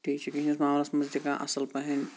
teaching ہنٛدِس معملَس منٛز تہِ کانٛہہ اَصل پَہَم